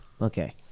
Okay